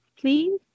please